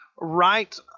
right